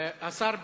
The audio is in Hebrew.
אורי